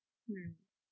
mmhmm